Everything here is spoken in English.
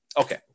Okay